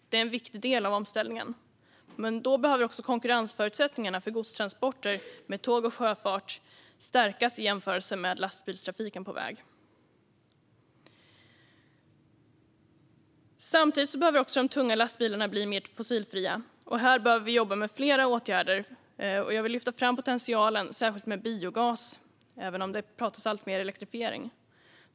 Detta är en viktig del av omställningen, men då behöver konkurrensförutsättningarna för godstransporter med tåg och sjöfart stärkas i jämförelse med lastbilstrafiken på väg. Samtidigt behöver de tunga lastbilarna bli mer fossilfria. Här måste vi jobba med flera åtgärder, och jag vill särskilt lyfta fram potentialen hos biogas, även om det pratas alltmer om elektrifiering.